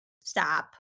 stop